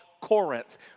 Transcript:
Corinth